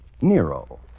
Nero